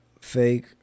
fake